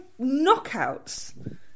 knockouts